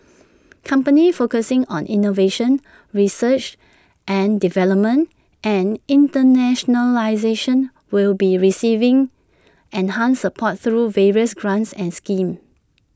companies focusing on innovation research and development and internationalisation will be receiving enhanced support through various grants and schemes